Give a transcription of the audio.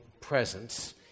presence